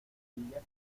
diga